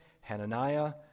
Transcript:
Hananiah